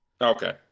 Okay